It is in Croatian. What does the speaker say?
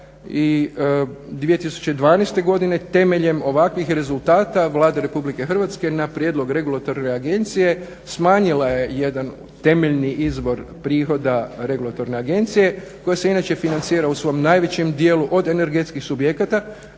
I 2012. godine temeljem ovakvih rezultata Vlade Republike Hrvatske na prijedlog regulatorne agencije smanjila je jedan temeljni izvor prihoda regulatorne agencije koja se inače financira u svom najvećem dijelu od energetskih subjekata,